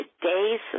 today's